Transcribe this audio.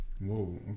Whoa